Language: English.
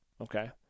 okay